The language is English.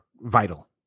vital